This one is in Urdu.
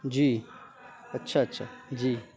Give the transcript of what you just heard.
جی اچھا اچھا جی